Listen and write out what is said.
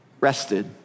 rested